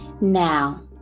Now